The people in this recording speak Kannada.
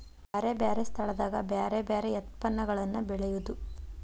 ಬ್ಯಾರೆ ಬ್ಯಾರೆ ಸ್ಥಳದಾಗ ಬ್ಯಾರೆ ಬ್ಯಾರೆ ಯತ್ಪನ್ನಗಳನ್ನ ಬೆಳೆಯುದು